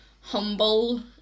humble